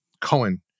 Cohen